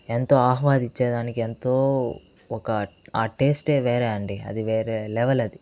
ఎంతో అహ్వాదించేదానికి ఎంతో ఒక ఆ టేస్టే వేరే అండి అది వేరే లెవెల్ అది